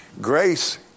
Grace